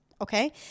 Okay